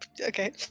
okay